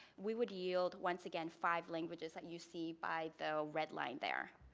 we would yield once again five languages you see by the red line there.